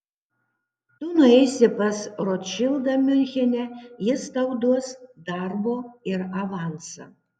tu nueisi pas rotšildą miunchene jis tau duos darbo ir avansą